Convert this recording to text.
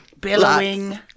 Billowing